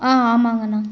ஆமாங்கண்ணா